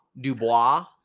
Dubois